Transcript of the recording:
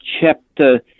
chapter